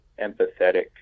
empathetic